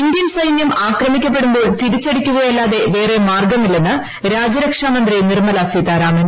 Indian സൈനൃം ആക്രമിക്കപ്പെടുമ്പോൾ തിരിച്ചടിക്കുകയല്ലാതെ വേറെ മാർഗമില്ലെന്ന് രാജ്യരക്ഷാ മന്ത്രി നിർമ്മല സീതാരാമൻ